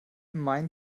mein